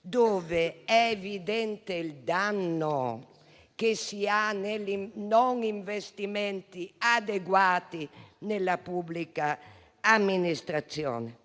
dov'è evidente il danno che si produce non facendo investimenti adeguati nella pubblica amministrazione.